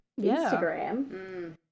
Instagram